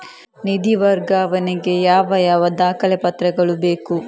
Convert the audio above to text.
ನಿಧಿ ವರ್ಗಾವಣೆ ಗೆ ಯಾವ ಯಾವ ದಾಖಲೆ ಪತ್ರಗಳು ಬೇಕು?